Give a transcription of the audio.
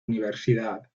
universidad